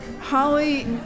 Holly